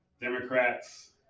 Democrats